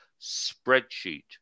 spreadsheet